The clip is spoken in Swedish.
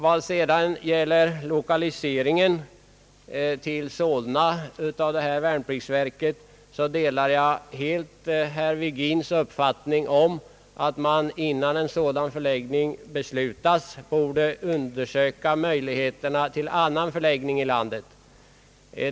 Beträffande lokaliseringen av det nya värnpliktsverket till Solna delar jag helt herr Virgins uppfattning att man, innan en sådan förläggning beslutas, borde undersöka möjligheterna till annan förläggning i landet.